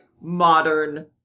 modern